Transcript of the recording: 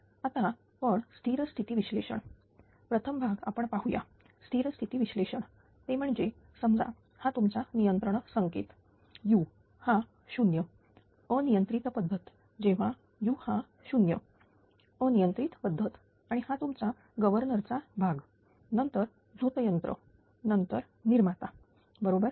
आता पण स्थिर स्थिती विश्लेषण प्रथम भाग आपण पाहू या स्थिर स्थिती विश्लेषण ते म्हणजे समजा हा तुमचा नियंत्रण संकेत u हा 0 अनियंत्रित पद्धत जेव्हा u हा 0अनियंत्रित पद्धत आणि हा तुमचा गव्हर्नर चा भाग नंतर झोत यंत्र नंतर निर्माता बरोबर